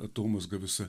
atomazga visa